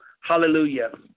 hallelujah